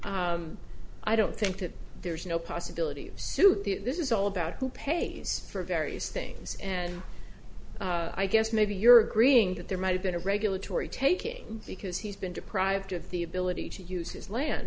i don't think that there's no possibility of suit the this is all about who pays for various things and i guess maybe you're agreeing that there might have been a regulatory taking because he's been deprived of the ability to use his land